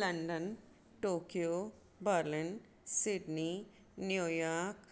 London Tokyo Berlin Sydney New York